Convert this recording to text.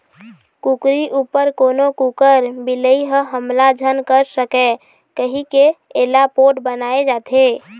कुकरी उपर कोनो कुकुर, बिलई ह हमला झन कर सकय कहिके एला पोठ बनाए जाथे